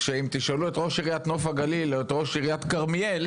שאם תשאלו את ראש עיריית נוף הגליל או את ראש עיריית כרמיאל,